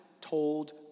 told